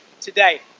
today